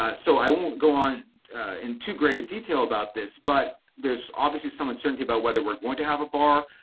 ah so i won't go on in too great a detail about this. but there's obviously some uncertainty about whether we're going to have a bar.